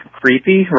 creepy